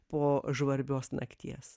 po žvarbios nakties